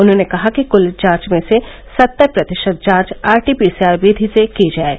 उन्होंने कहा कि क्ल जांच र्मे से सत्तर प्रतिशत जांच आरटीपीसीआर विधि से की जाएं